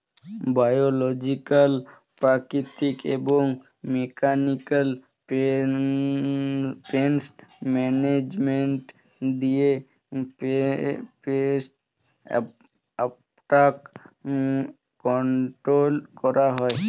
biological, প্রাকৃতিক এবং mechanical pest management দিয়ে পেস্ট অ্যাটাক কন্ট্রোল করা হয়